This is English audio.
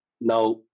Now